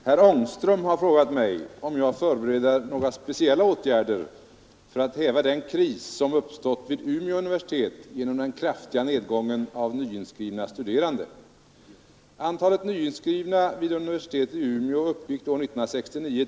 Herr talman! Herr Ångström har frågat mig om jag förbereder några speciella åtgärder för att häva den kris som uppstått vid Umeå universitet genom den kraftiga nedgången av antalet nyinskrivna studerande.